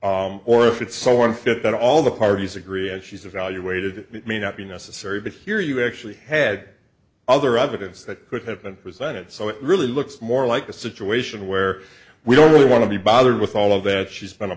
or if it's sort of fit all the parties agree as she's evaluated it may not be necessary but here you actually had other evidence that could have been presented so it really looks more like a situation where we don't really want to be bothered with all of that she's been a